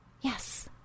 Yes